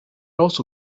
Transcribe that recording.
also